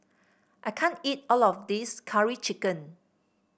I can't eat all of this Curry Chicken